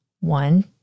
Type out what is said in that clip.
one